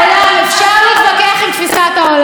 אפשר להתווכח על תפיסת העולם,